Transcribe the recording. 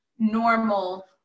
normal